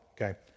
okay